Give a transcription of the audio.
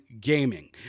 gaming